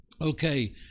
Okay